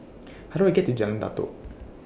How Do I get to Jalan Datoh